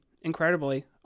incredibly